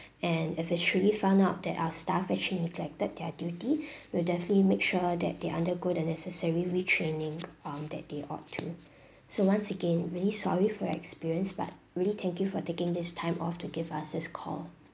and if it truly found out that our staff actually neglected their duty we'll definitely make sure that they undergo the necessary retraining on that day or two so once again really sorry for your experience but really thank you for taking this time off to give us this call